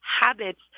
habits